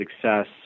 success